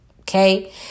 okay